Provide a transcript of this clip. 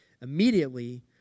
Immediately